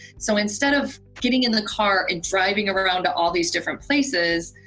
so instead of getting into the car and driving around to all these different places,